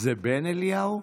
אדוני היושב-הראש,